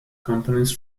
companies